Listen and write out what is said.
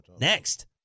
Next